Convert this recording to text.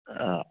آ